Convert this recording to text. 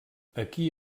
aquí